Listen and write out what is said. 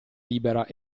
libera